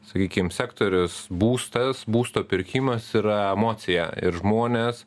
sakykim sektorius būstas būsto pirkimas yra emocija ir žmonės